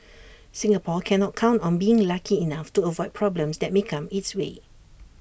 Singapore cannot count on being lucky enough to avoid problems that may come its way